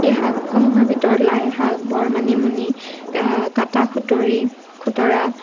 এই শাকসমূহৰ ভিতৰত লাইশাক বৰমানিমুনি কাটা খুতৰি খুতৰা